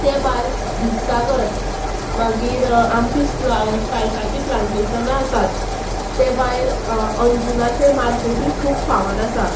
ते भायर दुदसागर मागीर आमची स्प्ला स्पायसाची प्लांटेशनां आसात ते भायर अंजूनाचे मार्केटूय खूब फामाद आसा